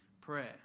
prayer